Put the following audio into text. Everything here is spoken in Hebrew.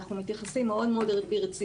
אנחנו מתייחסים מאוד מאוד ברצינות,